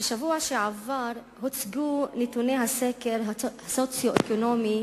בשבוע שעבר הוצגו נתוני הסקר הסוציו-אקונומי